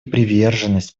приверженность